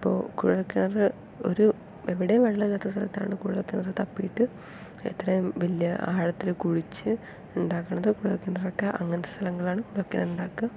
ഇപ്പോൾ കുഴൽ കിണറ് ഒരു എവിടേയും വെള്ളമില്ലാത്ത സ്ഥലത്താണ് കുഴൽ കിണർ തപ്പീട്ട് എത്രയും വല്യ ആഴത്തിൽ കുഴിച്ച് ഉണ്ടാക്കണത് കുഴൽ കിണറൊക്കെ അങ്ങനത്തെ സ്ഥലങ്ങളാണ് കുഴൽ കിണർ ഉണ്ടാക്കുക